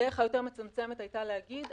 הדרך היותר מצומצמת הייתה להגיד,